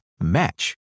match